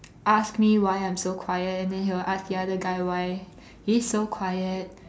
asked me why I'm so quiet and then he will ask the other guy why he's so quiet